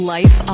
Life